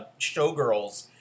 showgirls